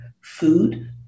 food